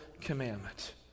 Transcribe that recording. commandment